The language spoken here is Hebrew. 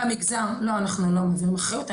לא, אנחנו לא מעבירים אחריות.